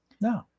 no